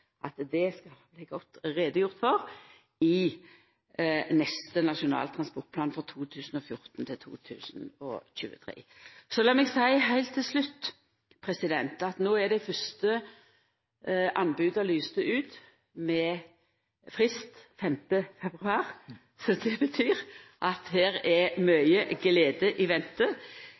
at det skal bli godt utgreidd i neste Nasjonal transportplan, for 2014–2023. Så lat meg seia heilt til slutt: No er det fyrste anbodet lyst ut, med frist 5. februar. Det betyr at her er det mykje glede i vente.